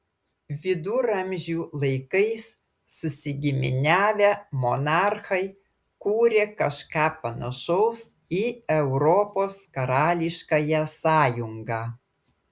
viduramžių laikais susigiminiavę monarchai kūrė kažką panašaus į europos karališkąją sąjungą